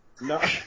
No